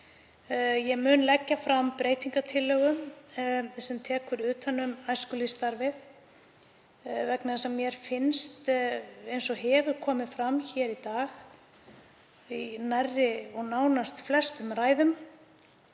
Ég mun leggja fram breytingartillögu sem tekur utan um æskulýðsstarfið vegna þess að mér finnst, eins og hefur komið fram hér í dag í nánast flestum ræðum,